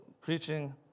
Preaching